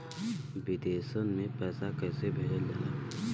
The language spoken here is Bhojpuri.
विदेश में पैसा कैसे भेजल जाला?